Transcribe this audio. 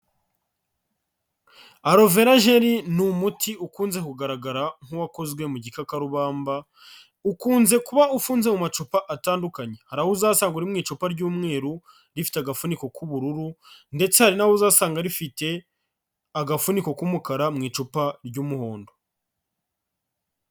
Aloe vera gel ni umuti ukunze kugaragara nk'uwakozwe mu gikakarubamba, ukunze kuba ufunze mu macupa atandukanye, hari aho uzasanga uri mu icupa ry'umweru, rifite agafuniko k'ubururu ndetse hari naho uza asanga rifite agafuniko k'umukara mu icupa ry'umuhondo.